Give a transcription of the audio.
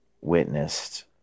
witnessed